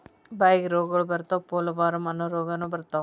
ಬಾಯಿಗೆ ರೋಗಗಳ ಬರತಾವ ಪೋಲವಾರ್ಮ ಅನ್ನು ರೋಗಾನು ಬರತಾವ